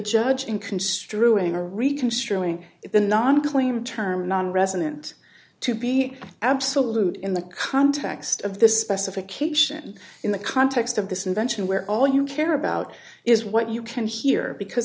judge in construing are reconsidering the non claim term nonresident to be absolute in the context of the specification in the context of this invention where all you care about is what you can hear because